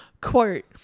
Quote